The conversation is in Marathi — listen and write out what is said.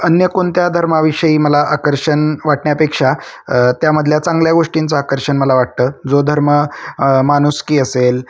अन्य कोणत्या धर्माविषयी मला आकर्षण वाटण्यापेक्षा त्यामधल्या चांगल्या गोष्टींचं आकर्षण मला वाटतं जो धर्म माणुसकी असेल